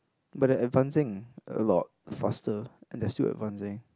but they're advancing a lot faster and they're still advancing